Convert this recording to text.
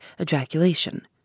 ejaculation